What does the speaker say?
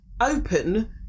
open